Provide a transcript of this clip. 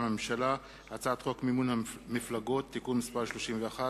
מטעם הממשלה: הצעת חוק מימון מפלגות (תיקון מס' 31)